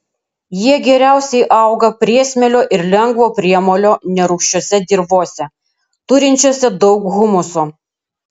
jie geriausiai auga priesmėlio ir lengvo priemolio nerūgščiose dirvose turinčiose daug humuso